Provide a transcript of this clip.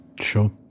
Sure